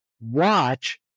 watch